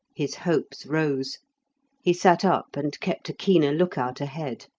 his hopes rose he sat up and kept a keener look-out ahead.